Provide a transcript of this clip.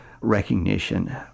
recognition